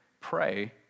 pray